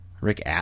rick